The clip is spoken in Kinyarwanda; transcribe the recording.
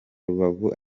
rubavu